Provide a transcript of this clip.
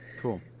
cool